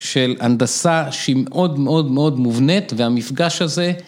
‫של הנדסה שהיא מאוד מאוד ‫מאוד מובנית, והמפגש הזה...